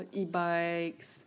e-bikes